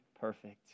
perfect